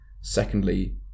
secondly